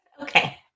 Okay